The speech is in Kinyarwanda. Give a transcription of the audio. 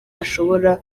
ashobora